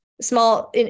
small